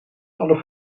alle